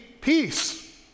peace